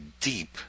deep